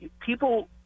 people